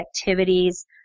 activities